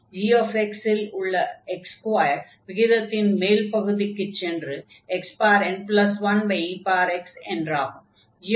gx இல் உள்ள x2 விகிதத்தின் மேல் பகுதிக்குச் சென்று xn1ex என்றாகும்